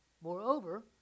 Moreover